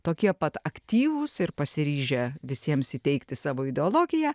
tokie pat aktyvūs ir pasiryžę visiems įteigti savo ideologiją